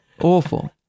Awful